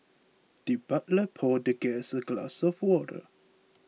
the butler poured the guest a glass of water